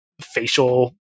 facial